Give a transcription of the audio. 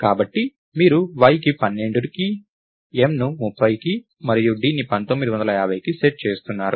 కాబట్టి మీరు yని 12కి m ను 30కి మరియు dని 1950కి సెట్ చేస్తున్నారు